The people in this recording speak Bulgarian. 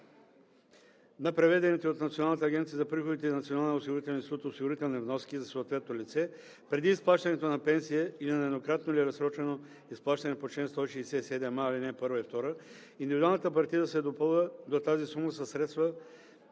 на преведените от Националната агенция за приходите и Националния осигурителен институт осигурителни вноски за съответното лице, преди изплащането на пенсия или на еднократно или разсрочено изплащане по чл. 167а, ал. 1 и 2 индивидуалната партида се допълва до тази сума със средства